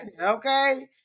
Okay